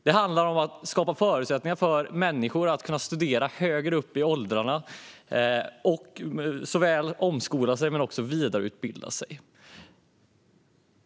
Det handlar om att skapa förutsättningar för människor att kunna studera högre upp i åldrarna och att kunna omskola och vidareutbilda sig.